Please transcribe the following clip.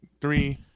three